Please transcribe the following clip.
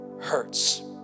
hurts